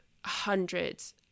hundreds